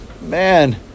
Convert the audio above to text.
man